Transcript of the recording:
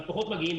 פחות מגיעים,